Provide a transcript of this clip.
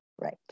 Right